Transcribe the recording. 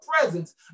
presence